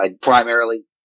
primarily